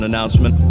announcement